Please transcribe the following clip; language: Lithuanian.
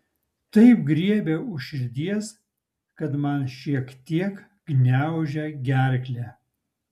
taip griebia už širdies kad man šiek tiek gniaužia gerklę